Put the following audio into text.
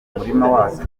wacu